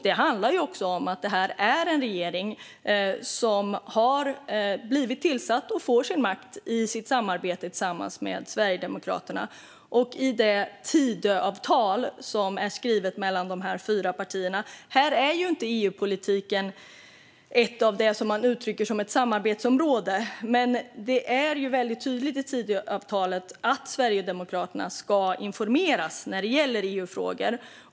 Det handlar om att det är en regering som har blivit tillsatt utifrån och får sin makt från sitt samarbete med Sverigedemokraterna och det Tidöavtal som är skrivet av de fyra partierna. EU-politiken är inte ett samarbetsområde. Men det är väldigt tydligt i Tidöavtalet att Sverigedemokraterna ska informeras när det gäller EU-frågor.